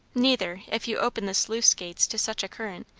neither, if you open the sluice-gates to such a current,